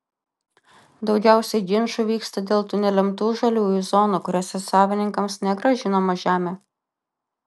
daugiausiai ginčų vyksta dėl tų nelemtų žaliųjų zonų kuriose savininkams negrąžinama žemė